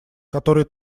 который